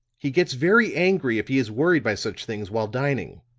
he gets very angry if he is worried by such things while dining.